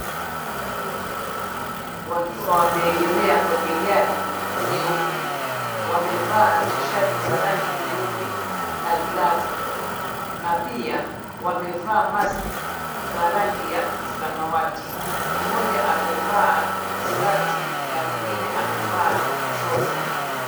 Wakiwa wameegemea kwenye gari nyeupe, wamevaa tishati za rangi nyeupe, na glavu. Na pia wamevaa maski za rangi ya samawati, mmoja amevaa skati, na mwingine amevaa troza .